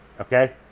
Okay